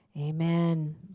Amen